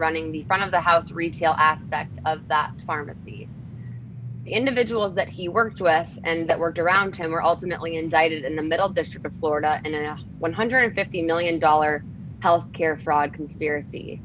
running the front of the house retail aspect of that pharmacy the individuals that he worked with and that worked around him were ultimately indicted in the middle district of florida and one hundred and fifty million dollars health care fraud conspiracy